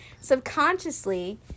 Subconsciously